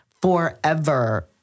Forever